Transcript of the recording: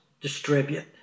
distribute